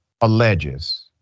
alleges